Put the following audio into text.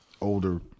older